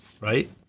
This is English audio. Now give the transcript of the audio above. right